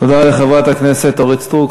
תודה לחברת הכנסת אורית סטרוק.